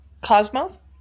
Cosmos